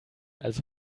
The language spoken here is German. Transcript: also